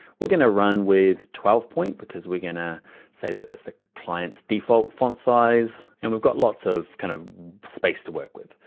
we're gonna run with twelve point because we're gonna say that it's the client's default font size. and we've got lots of kind of space to work with.